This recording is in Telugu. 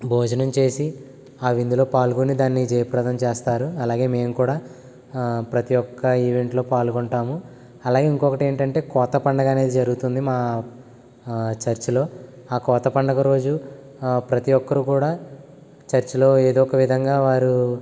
భోజనం చేసి ఆ విందులో పాల్గొని దాన్ని జయప్రదం చేస్తారు అలాగే మేము కూడా ప్రతి ఒక్క ఈవెంట్లో పాల్గొంటాము అలాగే ఇంకొకటి ఏంటంటే కోత పండుగ అనేది జరుగుతుంది మా చర్చిలో ఆ కోత పండగ రోజు ప్రతి ఒక్కరు కూడా చర్చిలో ఏదో ఒక విధంగా వారు